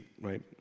Right